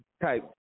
Type